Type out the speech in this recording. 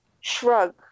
shrug